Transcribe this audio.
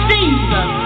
Jesus